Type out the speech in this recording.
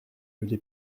les